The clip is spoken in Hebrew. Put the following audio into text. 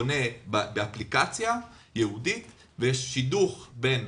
פונה באפליקציה ייעודית ויש שידוך בין